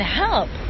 help